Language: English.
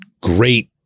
great